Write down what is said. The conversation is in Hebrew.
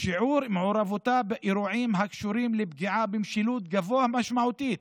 שיעור מעורבותה באירועים הקשורים לפגיעה במשילות גבוה משמעותית.